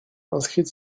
inscrite